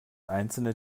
einzelne